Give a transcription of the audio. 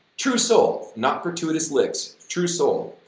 true soul, not gratuitous licks, true soul.